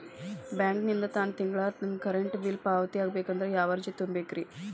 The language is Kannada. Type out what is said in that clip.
ಬ್ಯಾಂಕಿಂದ ತಾನ ತಿಂಗಳಾ ನನ್ನ ಕರೆಂಟ್ ಬಿಲ್ ಪಾವತಿ ಆಗ್ಬೇಕಂದ್ರ ಯಾವ ಅರ್ಜಿ ತುಂಬೇಕ್ರಿ?